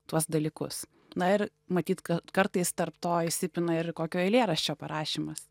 tuos dalykus na ir matyt kad kartais tarp to įsipina ir kokio eilėraščio parašymas